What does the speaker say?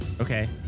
Okay